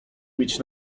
mieć